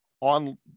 on